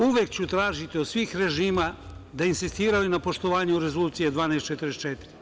Uvek ću tražiti od svih režima da insistiraju na poštovanju rezolucije 1244.